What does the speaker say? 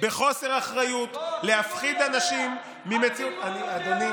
בחוסר אחריות, להפחיד אנשים ממציאות, הציבור יודע.